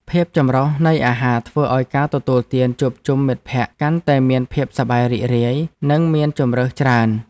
ភាពចម្រុះនៃអាហារធ្វើឱ្យការទទួលទានជួបជុំមិត្តភក្តិកាន់តែមានភាពសប្បាយរីករាយ និងមានជម្រើសច្រើន។